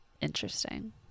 Interesting